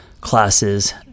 classes